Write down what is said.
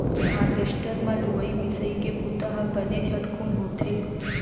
harvester म लुवई मिंसइ के बुंता ह बने झटकुन होथे